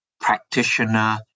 practitioner